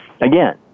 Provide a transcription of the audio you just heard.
again